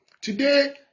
Today